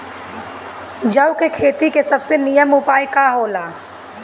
जौ के खेती के सबसे नीमन उपाय का हो ला?